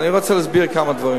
אני רוצה להסביר כמה דברים.